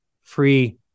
free